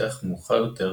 התפתח מאוחר יותר